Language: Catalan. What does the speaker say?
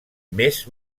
més